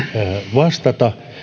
vastata